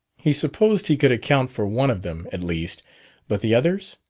he supposed he could account for one of them, at least but the others?